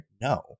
No